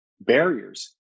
Barriers